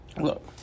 Look